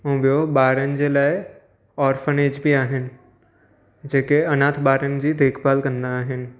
ऐं बियों ॿारनि जे लाइ ऑर्फनेज बि आहिनि जेके अनाथ ॿारनि जी देखभाल कंदा आहिनि